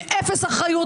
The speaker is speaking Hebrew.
עם אפס אחריות,